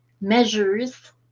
measures